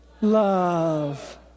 love